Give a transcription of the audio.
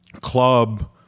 club